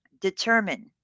Determine